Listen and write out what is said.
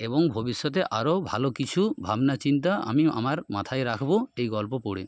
এবং ভবিষ্যতে আরো ভালো কিছু ভাবনা চিন্তা আমি আমার মাথায় রাখবো এই গল্প পড়ে